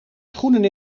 schoenen